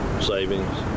savings